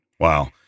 Wow